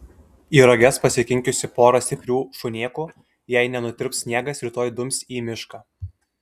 į roges pasikinkiusi porą stiprių šunėkų jei nenutirps sniegas rytoj dums į mišką